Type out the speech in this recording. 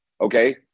okay